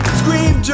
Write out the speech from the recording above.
scream